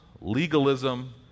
legalism